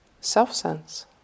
self-sense